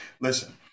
Listen